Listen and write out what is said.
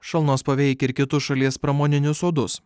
šalnos paveikia ir kitus šalies pramoninius sodus